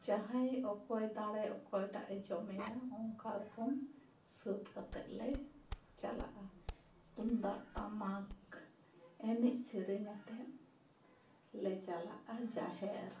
ᱡᱟᱦᱟᱭ ᱚᱠᱚᱭ ᱫᱟᱲᱮ ᱚᱠᱚᱭ ᱴᱟᱜ ᱮ ᱡᱚᱢᱮᱭᱟ ᱚᱱᱠᱟ ᱨᱚᱠᱚᱢ ᱥᱟᱹᱛ ᱠᱟᱛᱮᱜ ᱞᱮ ᱪᱟᱞᱟᱜᱼᱟ ᱛᱩᱢᱫᱟᱜ ᱴᱟᱢᱟᱠ ᱮᱱᱮᱡ ᱥᱮᱨᱮᱧ ᱟᱛᱮᱜ ᱞᱮ ᱪᱟᱞᱟᱜᱼᱟ ᱡᱟᱦᱮᱨ